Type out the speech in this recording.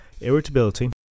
irritability